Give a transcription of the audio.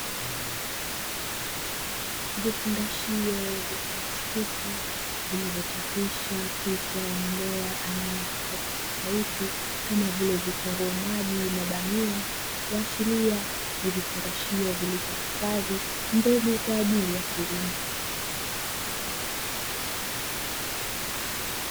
Vifungashio vya plastiki vilivyochapishwa picha ya mimea aina tofautitofauti kama vile vitunguu maji na bamia, kuashiria ni vifungashio vilivyohifadhi mbegu kwa ajili ya kilimo.